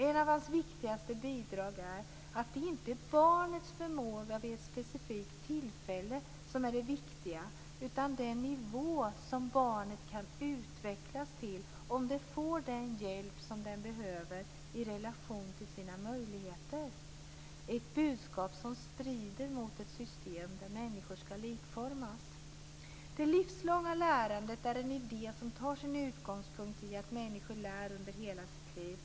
Ett av hans viktigaste bidrag är att det inte är barnets förmåga vid ett specifikt tillfälle som är det viktiga utan den nivå som barnet kan utvecklas till om det får den hjälp som det behöver i relation till sina möjligheter. Det är ett budskap som strider mot ett system där människor ska likformas. Det livslånga lärandet är en idé som tar sin utgångspunkt i att människor lär under hela sitt liv.